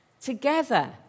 together